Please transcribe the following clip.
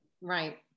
right